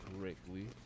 correctly